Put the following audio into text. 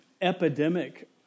epidemic